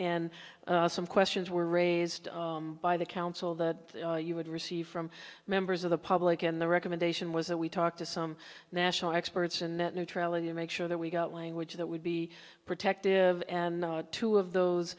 and some questions were raised by the council that you would receive from members of the public and the recommendation was that we talked to some national experts and net neutrality to make sure that we got language that would be protective and two of those